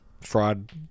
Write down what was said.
fraud